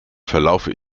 verlaufe